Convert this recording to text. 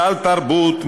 סל תרבות,